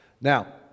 now